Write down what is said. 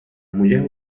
mulher